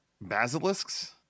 basilisks